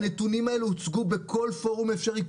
הנתונים האלה הוצגו בכל פורום אפשרי.